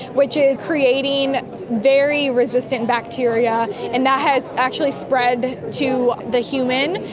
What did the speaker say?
which is creating very resistant bacteria, and that has actually spread to the human,